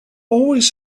always